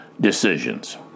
decisions